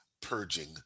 purging